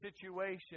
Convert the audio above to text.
situation